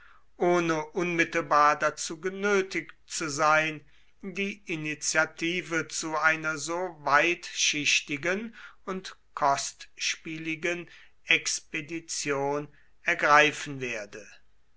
ohne unmittelbar dazu genötigt zu sein die initiative zu einer so weitschichtigen und kostspieligen expedition ergreifen werde